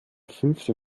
fünfte